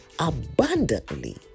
abundantly